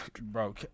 bro